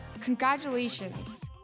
Congratulations